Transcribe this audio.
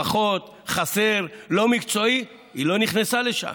פחות, חסר, לא מקצועי, היא לא נכנסה לשם.